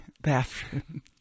bathroom